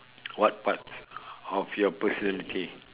what parts of your personality